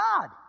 god